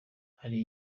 hari